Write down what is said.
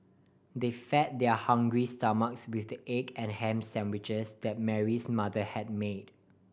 they fed their hungry stomachs with the egg and ham sandwiches that Mary's mother had made